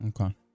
Okay